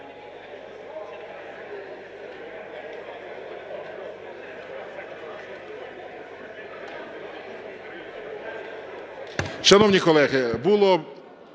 Шановні колеги, було